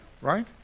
right